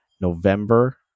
November